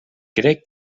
crec